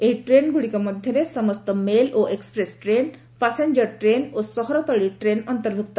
ଏହି ଟ୍ରେନ୍ଗୁଡ଼ିକ ମଧ୍ୟରେ ସମସ୍ତ ମେଲ୍ ଓ ଏକ୍ୱପ୍ରେସ୍ ଟ୍ରେନ୍ ପାସେଞ୍ଜର ଟ୍ରେନ୍ ଓ ସହରତଳି ଟ୍ରେନ୍ ଅନ୍ତର୍ଭୁକ୍ତ